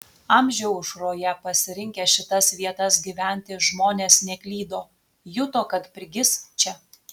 amžių aušroje pasirinkę šitas vietas gyventi žmonės neklydo juto kad prigis čia